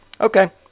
Okay